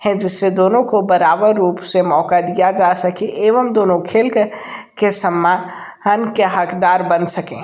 है जिससे दोनों को बराबर रूप से मौका दिया जा सके एवं दोनों खेल कर के सम्मान के हकदार बन सके